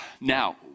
Now